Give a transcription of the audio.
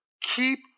keep